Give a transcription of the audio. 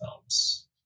films